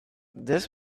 this